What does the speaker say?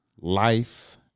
life